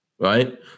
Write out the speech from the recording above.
Right